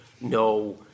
no